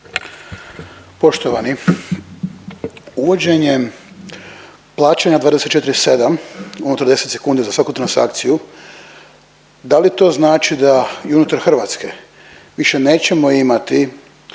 Poštovani, uvođenjem plaćanja 24/7 unutar 10 sekundi za svaku transakciju, da li to znači da i unutar Hrvatske više nećemo imati